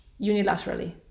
unilaterally